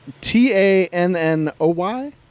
t-a-n-n-o-y